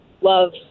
love